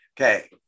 Okay